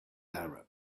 arab